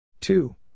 Two